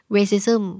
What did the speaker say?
Racism